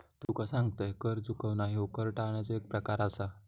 तुका सांगतंय, कर चुकवणा ह्यो कर टाळण्याचो एक प्रकार आसा